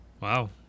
Wow